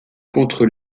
contre